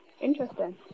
Interesting